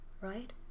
Right